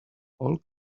all